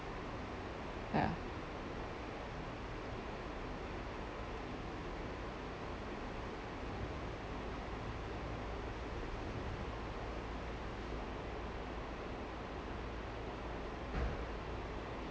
ya